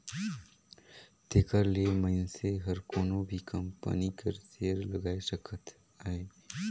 तेकर ले मइनसे हर कोनो भी कंपनी कर सेयर लगाए सकत अहे